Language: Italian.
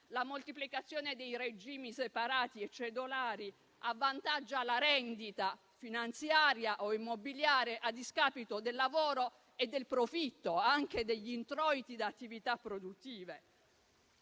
La moltiplicazione dei regimi separati e cedolari avvantaggia la rendita finanziaria o immobiliare a discapito del lavoro e del profitto, anche degli introiti da attività produttive.